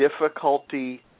difficulty –